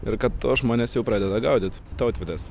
ir kad tuos žmones jau pradeda gaudyt tautvydas